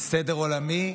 סדר עולמי,